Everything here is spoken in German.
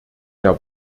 der